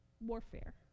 warfare